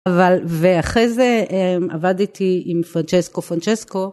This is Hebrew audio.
אבל ואחרי זה עבדתי עם פרנצ'סקו פרנצ'סקו